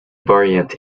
variant